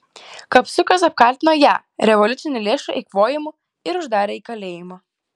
kapsukas apkaltino ją revoliucinių lėšų eikvojimu ir uždarė į kalėjimą